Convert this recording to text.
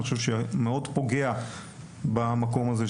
כי אני חושב שזה מאוד פוגע במקום הזה,